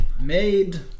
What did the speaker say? made